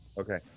Okay